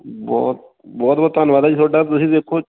ਬਹੁਤ ਬਹੁਤ ਬਹੁਤ ਧੰਨਵਾਦ ਹੈ ਜੀ ਤੁਹਾਡਾ ਤੁਸੀਂ ਦੇਖੋ